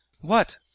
What